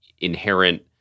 inherent